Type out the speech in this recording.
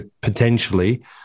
potentially